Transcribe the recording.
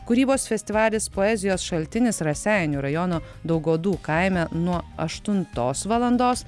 kūrybos festivalis poezijos šaltinis raseinių rajono daugodų kaime nuo aštuntos valandos